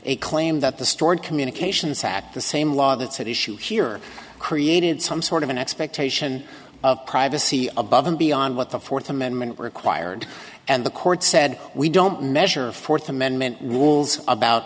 a claim that the stored communications act the same law that's at issue here created some sort of an expectation of privacy above and beyond what the fourth amendment required and the court said we don't measure fourth amendment walls about